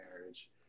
marriage